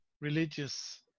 religious